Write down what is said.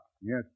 Yes